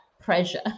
pressure